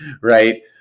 right